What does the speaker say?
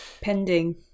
Pending